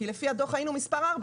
כי לפי הדוח היינו מספר ארבע,